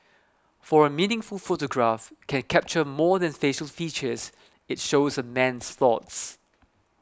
for a meaningful photograph can capture more than facial features it shows a man's thoughts